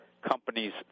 companies